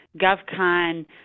GovCon